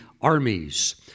armies